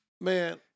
Man